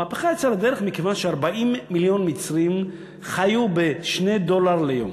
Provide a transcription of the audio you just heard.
המהפכה יצאה לדרך מכיוון ש-40 מיליון מצרים חיו ב-2 דולר ליום.